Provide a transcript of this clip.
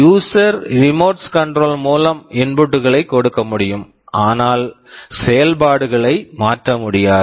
user user remote controls remote controls மூலம் input input களை கொடுக்க முடியும் ஆனால் செயல்பாடுகளை மாற்ற முடியாது